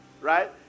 Right